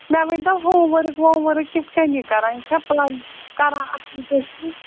مےٚ ؤنۍ تَو ہوم ؤرٕک ووم ؤرٕک کِتھ کَٔنۍ کَران یہِ چھا پانہ کَران اَصٕل پٲٹھی